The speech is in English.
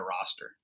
roster